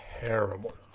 terrible